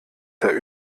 der